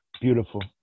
Beautiful